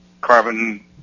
carbon